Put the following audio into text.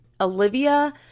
Olivia